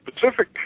Pacific